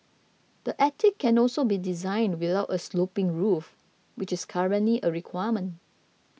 the attic can also be designed without a sloping roof which is currently a requirement